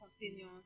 continues